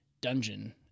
Dungeon